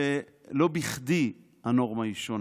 ולא בכדי הנורמה היא שונה.